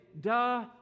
duh